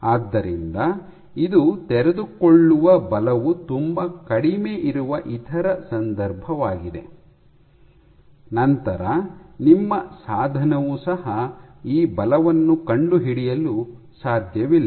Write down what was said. ಆದ್ದರಿಂದ ಇದು ತೆರೆದುಕೊಳ್ಳುವ ಬಲವು ತುಂಬಾ ಕಡಿಮೆ ಇರುವ ಇತರ ಸಂದರ್ಭವಾಗಿದೆ ನಂತರ ನಿಮ್ಮ ಸಾಧನವೂ ಸಹ ಆ ಬಲವನ್ನು ಕಂಡುಹಿಡಿಯಲು ಸಾಧ್ಯವಿಲ್ಲ